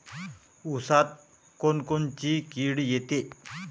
ऊसात कोनकोनची किड येते?